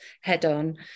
head-on